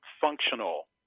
functional